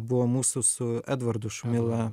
buvo mūsų su edvardu šumila